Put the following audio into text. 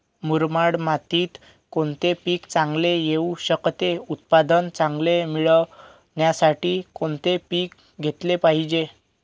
मुरमाड मातीत कोणते पीक चांगले येऊ शकते? उत्पादन चांगले मिळण्यासाठी कोणते पीक घेतले पाहिजे?